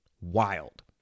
Wild